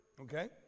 okay